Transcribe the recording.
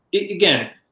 again